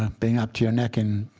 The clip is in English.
um being up to your neck in